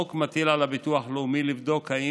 החוק מטיל על הביטוח הלאומי לבדוק אם